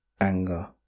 anger